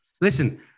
listen